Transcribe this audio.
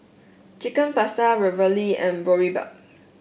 Chicken Pasta Ravioli and Boribap